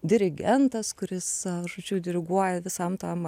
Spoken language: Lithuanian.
dirigentas kuris žodžiu diriguoja visam tam